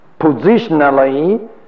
positionally